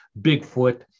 Bigfoot